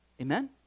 amen